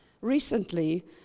Recently